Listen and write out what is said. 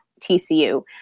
TCU